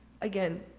again